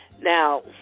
Now